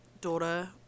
daughter